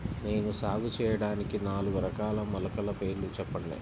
నేను సాగు చేయటానికి నాలుగు రకాల మొలకల పేర్లు చెప్పండి?